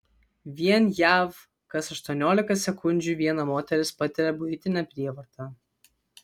vien jav kas aštuoniolika sekundžių viena moteris patiria buitinę prievartą